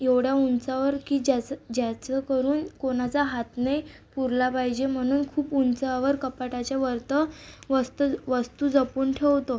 एवढ्या उंचावर की ज्याचं ज्याचं करून कोणाचा हात नाही पुरला पाहिजे म्हणून खूप उंचावर कपाटाच्यावरतं वस्त् वस्तू जपून ठेवतो